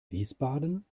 wiesbaden